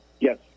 Yes